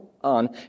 on